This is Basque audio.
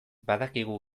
badakigu